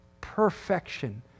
Perfection